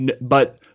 but-